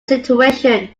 situation